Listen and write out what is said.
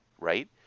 Right